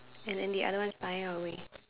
and then the other one flying away